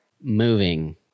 Moving